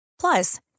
Plus